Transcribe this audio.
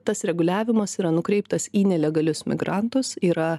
tas reguliavimas yra nukreiptas į nelegalius migrantus yra